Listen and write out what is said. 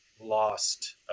lost